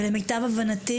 ולמיטב הבנתי,